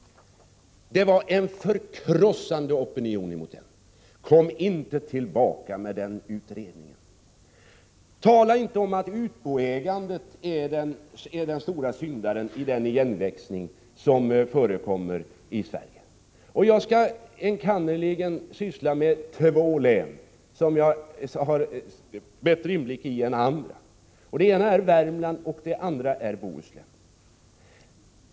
Det var en förkrossande opinion mot utredningen. Kom inte tillbaka med den! Och säg inte att utboägande är den stora syndaren beträffande den igenväxning som förekommer i Sverige! Jag skall syssla med enkannerligen de två län som jag har bättre inblick i än andra. Det ena länet är Värmland, och det andra är Bohuslän.